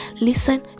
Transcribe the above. Listen